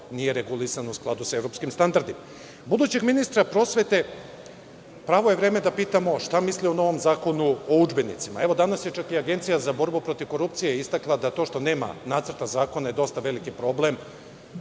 nije regulisan u skladu sa evropskim standardima. Budućeg ministra prosvete pravo je vreme da pitamo – šta misli o novom Zakonu o udžbenicima? Danas je čak i Agencija za borbu protiv korupcije istakla da je to što nema nacrta zakona dosta veliki problem,